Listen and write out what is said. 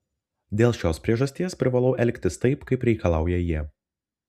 dėl šios priežasties privalau elgtis taip kaip reikalauja jie